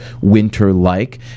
winter-like